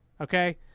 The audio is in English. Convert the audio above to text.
Okay